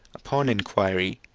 upon inquiry,